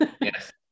yes